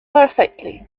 perfectly